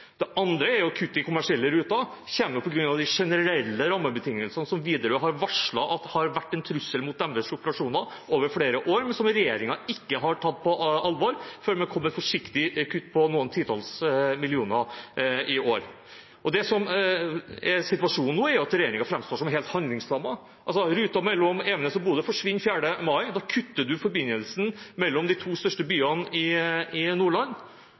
Det andre er at kutt i kommersielle ruter kommer på grunn av de generelle rammebetingelsene som Widerøe har varslet har vært en trussel mot deres operasjoner over flere år, men som regjeringen ikke har tatt på alvor før man kom med forsiktige kutt, på noen titalls millioner, i år. Det som er situasjonen nå, er jo at regjeringen framstår som helt handlingslammet. Altså: Ruten mellom Evenes og Bodø forsvinner 4. mai, og da kutter man forbindelsen mellom de to største byene i Nordland.